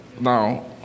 Now